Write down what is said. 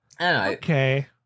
Okay